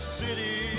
city